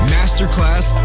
Masterclass